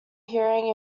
hearing